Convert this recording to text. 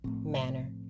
manner